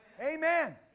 Amen